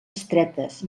estretes